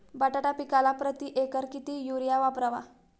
बटाटा पिकाला प्रती एकर किती युरिया वापरावा?